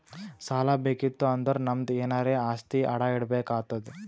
ಸಾಲಾ ಬೇಕಿತ್ತು ಅಂದುರ್ ನಮ್ದು ಎನಾರೇ ಆಸ್ತಿ ಅಡಾ ಇಡ್ಬೇಕ್ ಆತ್ತುದ್